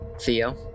Theo